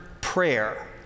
prayer